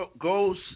goes